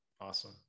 Awesome